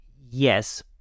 yes